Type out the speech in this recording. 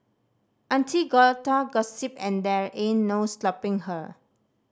auntie gotta gossip and there in no stopping her